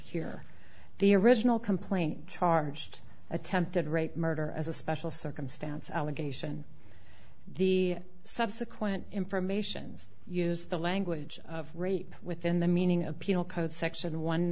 here the original complaint charged attempted rape murder as a special circumstance allegation the subsequent informations use the language of rape within the meaning of